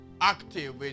active